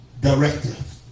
directive